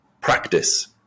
practice